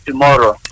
Tomorrow